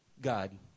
God